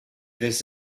this